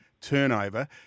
turnover